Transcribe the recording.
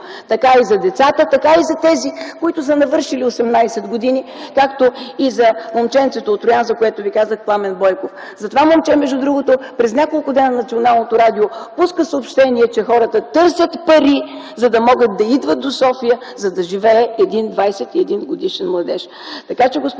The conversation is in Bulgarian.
Така и за децата, така и за тези, които са навършили 18 години, както и за момченцето от Троян, за което Ви казах, Пламен Бойков. За това момче, между другото, през няколко дни Националното радио пуска съобщения, че хората търсят пари, за да могат да идват до София, за да живее един 21-годишен младеж.